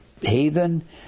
heathen